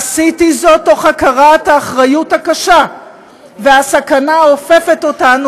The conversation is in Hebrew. עשיתי זאת מתוך הכרת האחריות הקשה והסכנה האופפת אותנו,